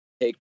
take